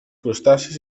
crustacis